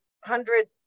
hundred